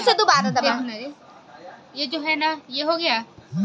बिकलांगता बीमा ह घलोक मनखे बर आज के बेरा म काहेच के मुनाफा वाला बीमा होगे हवय अलहन के होय म